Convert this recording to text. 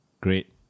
Great